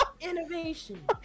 Innovation